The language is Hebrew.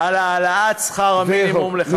על העלאת שכר המינימום ל-5,000 שקלים.